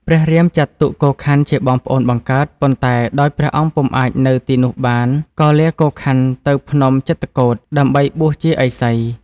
ព្រះរាម ចាត់ទុក កូខ័នជាបងប្អូនបង្កើត ប៉ុន្តែដោយព្រះអង្គពុំអាចនៅទីនោះបានក៏លាកូខ័នទៅភ្នំចិត្រកូដ ដើម្បីបួសជាឥសី ។